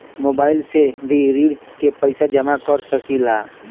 Mobile से भी ऋण के पैसा जमा कर सकी ला?